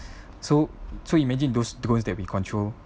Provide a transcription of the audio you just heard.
so so imagine those drones that we control